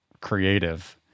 creative